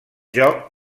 joc